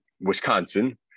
Wisconsin